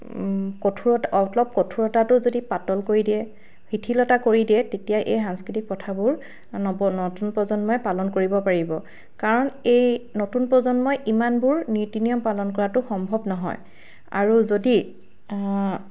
কঠোৰতা অলপ কঠোৰতাটো যদি পাতল কৰি দিয়ে শিথিলতা কৰি দিয়ে তেতিয়া এই সাংস্কৃতিক প্ৰথাবোৰ নৱ নতুন প্ৰজন্মই পালন কৰিব পাৰিব কাৰণ এই নতুন প্ৰজন্মই ইমানবোৰ এই নীতি নিয়ম পালন কৰাটো সম্ভৱ নহয় আৰু যদি